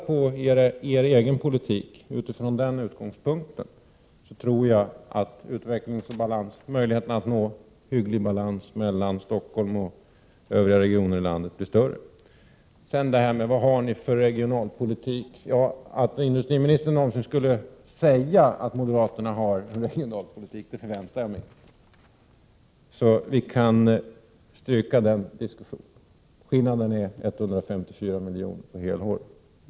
Granska er egen politik utifrån den utgångspunkten, så tror jag att möjligheterna att nå en hygglig balans mellan Stockholm och övriga regioner blir större. Sedan undrar industriministern vad vi har för regionalpolitik. Att industriministern någonsin skulle säga att moderaterna har en regionalpolitik förväntar jag mig inte. Så vi kan stryka den diskussionen. Skillnaden är 154 miljoner på ett helår.